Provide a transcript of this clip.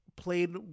played